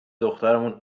دخترمون